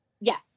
Yes